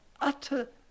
utter